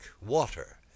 water